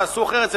תעשו אחרת.